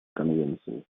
конвенции